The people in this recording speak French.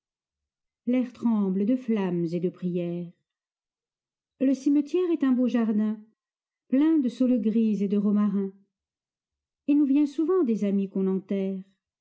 l'air tremble de flammes et de prières le cimetière est un beau jardin plein des saules gris et de romarins il vous vient souvent des amis qu'on enterre